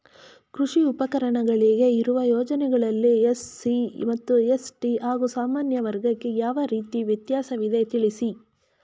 ಕೃಷಿ ಉಪಕರಣಗಳಿಗೆ ಇರುವ ಯೋಜನೆಗಳಲ್ಲಿ ಎಸ್.ಸಿ ಮತ್ತು ಎಸ್.ಟಿ ಹಾಗೂ ಸಾಮಾನ್ಯ ವರ್ಗಕ್ಕೆ ಯಾವ ರೀತಿ ವ್ಯತ್ಯಾಸವಿದೆ ತಿಳಿಸಿ?